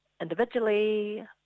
individually